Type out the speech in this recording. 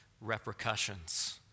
repercussions